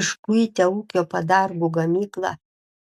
iškuitę ūkio padargų gamyklą